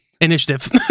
Initiative